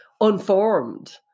unformed